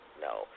no